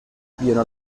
pieno